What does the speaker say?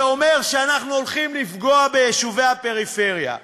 זה אומר שאנחנו הולכים לפגוע ביישובי הפריפריה.